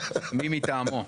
מי מטעמו.